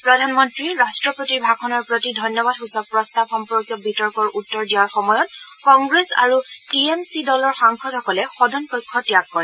প্ৰধানমন্ত্ৰীয়ে ৰাট্ৰপতিৰ ভাষণৰ প্ৰতি ধন্যাবাদ সূচক প্ৰস্তাৱ সম্পৰ্কীয় বিতৰ্কৰ উত্তৰ দিয়াৰ সময়ত কংগ্ৰেছ আৰু টি এম ছি দলৰ সাংসদসকলে সদনকক্ষ ত্যাগ কৰে